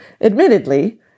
Admittedly